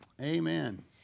Amen